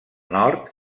nord